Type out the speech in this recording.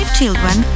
children